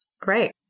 Great